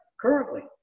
currently